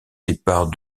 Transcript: départ